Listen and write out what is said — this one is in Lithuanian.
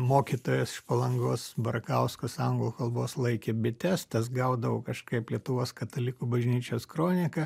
mokytojas iš palangos barkauskas anglų kalbos laikė bites tas gaudavo kažkaip lietuvos katalikų bažnyčios kroniką